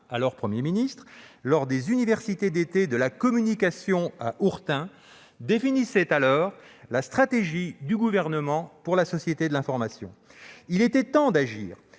alors Premier ministre, lors de l'Université d'été de la communication à Hourtin, définissaient à l'époque la stratégie du Gouvernement pour la société de l'information. Il était temps d'agir,